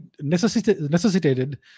necessitated